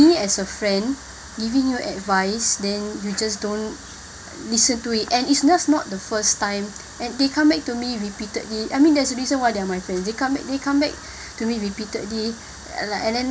as a friend giving you advice then you just don't listen to it and it's just not the first time and they come back to me repeatedly I mean there's a reason why they are my friends they come they come back to me repeatedly and like and then